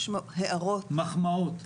מחמאות.